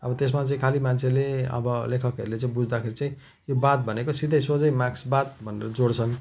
अब त्यसमा चाहिँ खालि मान्छेले अब लेखकहरूले चाहिँ बुझ्दाखेरि चाहिँ यो वाद भनेको सिधै सोझै मार्क्सवाद भनेर जोड्छन्